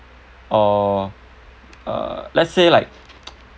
uh let's say like